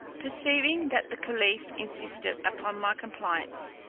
perceiving that the caliph insisted upon my compliance,